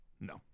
No